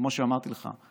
כמו שאמרתי לך,